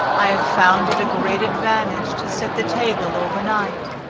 i have found it a great advantage to set the table over night,